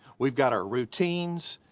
we've got our routines,